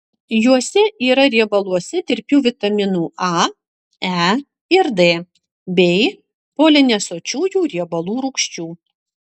juose yra riebaluose tirpių vitaminų a e ir d bei polinesočiųjų riebalų rūgščių